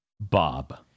Bob